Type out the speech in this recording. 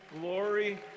glory